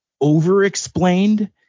over-explained